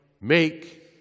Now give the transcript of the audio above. make